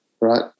right